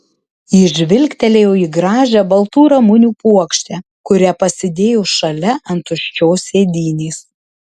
jis žvilgtelėjo į gražią baltų ramunių puokštę kurią pasidėjo šalia ant tuščios sėdynės